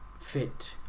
fit